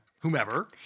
whomever